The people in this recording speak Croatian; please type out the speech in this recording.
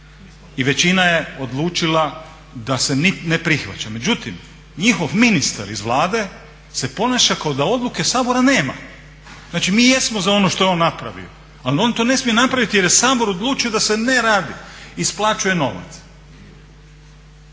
i većina je odlučila da se ne prihvaća, međutim njihov ministar iz Vlade se ponašao kao da odluke Sabora nema. Znači mi jesno za ono što je on napravio, ali on to ne smije napraviti jer je Sabor odlučio da se ne radi, isplaćuje novac.